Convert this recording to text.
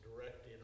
direct